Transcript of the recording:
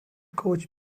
coach